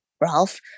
Ralph